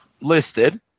listed